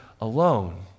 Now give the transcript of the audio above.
alone